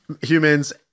humans